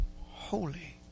Holy